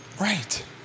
Right